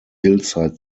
hillside